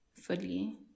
fully